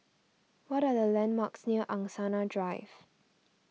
what are the landmarks near Angsana Drive